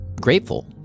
grateful